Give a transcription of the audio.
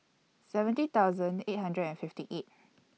seventy thousand eight hundred and fifty eight